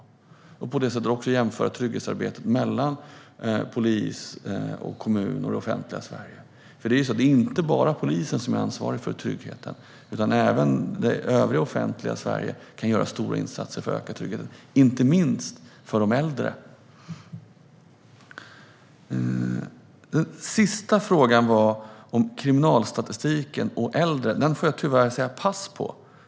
På det sättet kan vi också jämföra trygghetsarbetet i polisområden, kommuner och det offentliga Sverige. Det är nämligen inte bara polisen som är ansvarig för tryggheten, utan även det övriga offentliga Sverige kan göra stora insatser för att öka tryggheten - inte minst för de äldre. Den fjärde frågan handlade om kriminalstatistiken och äldre, och den får jag tyvärr svara "pass" på.